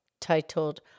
titled